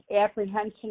apprehension